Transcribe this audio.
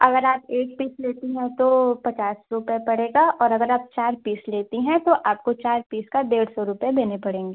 अगर आप एक पीस लेती हैं तो पचास रूपए पड़ेगा और अगर आप चार पीस लेती हैं तो आपको चार पीस का डेढ़ सौ रूपए देने पड़ेंगे